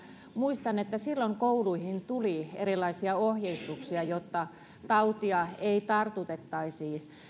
muistan että silloin kouluihin tuli erilaisia ohjeistuksia jotta tautia ei tartutettaisi